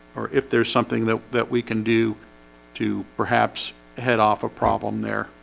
or if there's something that that we can do to perhaps head off a problem there